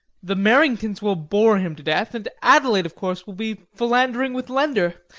the merringtons will bore him to death, and adelaide, of course, will be philandering with lender.